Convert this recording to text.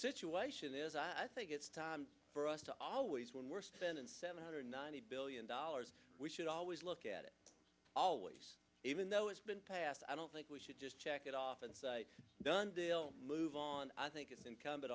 situation is i think it's time for us to always when we're spending seven hundred ninety billion dollars we should always look at it always even though it's been passed i don't think we should just check it off and done move on i think it's incumbent